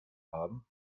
haben